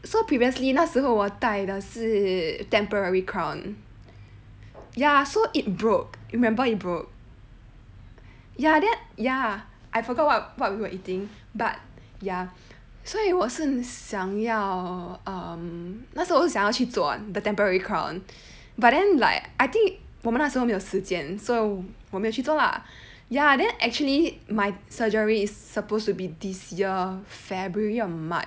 so previously 那时候我带的是 temporary crown ya so it broke remember it broke ya then ya I forgot what what we were eating but ya 所以我是想要 um 那时候我想要去做 the temporary crown but then like I think 我们那时候没有时间 so 我没有去做 lah ya then actually my surgery is supposed to be this year february or march